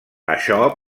això